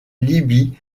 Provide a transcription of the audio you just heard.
libye